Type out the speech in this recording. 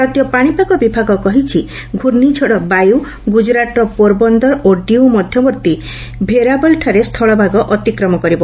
ଭାରତୀୟ ପାଣିପାଗ ବିଭାଗ କହିଛି ଘର୍ଷ୍ଣିଝଡ଼ ବାୟ ଗ୍ରଜରାଟର ପୋର ବନ୍ଦର ଓ ଡ୍ୟ ମଧ୍ୟବର୍ତ୍ତୀ ଭେରାବଲଠାରେ ସ୍ଥଳଭାଗ ଅତିକ୍ରମ କରିବ